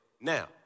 Now